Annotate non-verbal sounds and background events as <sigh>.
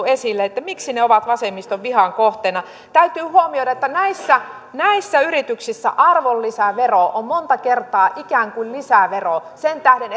<unintelligible> esille ovat vasemmiston vihan kohteena täytyy huomioida että näissä näissä yrityksissä arvonlisävero on monta kertaa ikään kuin lisävero sen tähden <unintelligible>